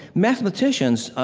mathematicians, ah,